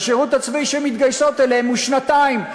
והשירות הצבאי שהן מתגייסות אליו הוא שנתיים.